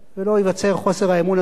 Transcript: ולא ייווצר חוסר האמון הזה,